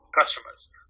customers